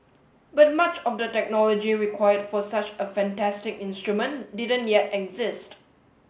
but much of the technology required for such a fantastic instrument didn't yet exist